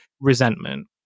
resentment